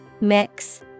Mix